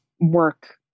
work